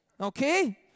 okay